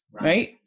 right